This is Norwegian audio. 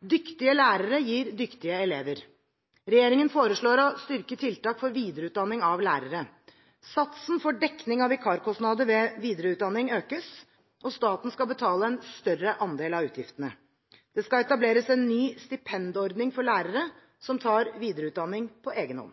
Dyktige lærere gir dyktige elever. Regjeringen foreslår å styrke tiltak for videreutdanning av lærere. Satsen for dekning av vikarkostnader ved videreutdanning økes, og staten skal betale en større andel av utgiftene. Det skal etableres en ny stipendordning for lærere som tar videreutdanning på egenhånd.